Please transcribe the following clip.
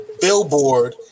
billboard